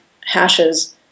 hashes